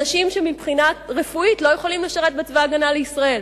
אנשים שמבחינה רפואית לא יכולים לשרת בצבא-הגנה לישראל.